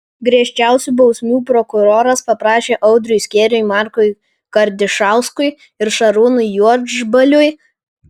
griežčiausių bausmių prokuroras paprašė audriui skėriui markui kardišauskui ir šarūnui juodžbaliui